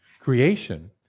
Creation